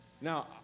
Now